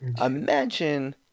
imagine